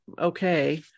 okay